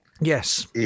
Yes